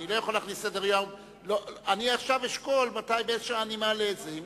אני עכשיו אשקול באיזו שעה אני מעלה את זה.